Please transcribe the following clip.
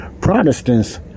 Protestants